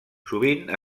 sovint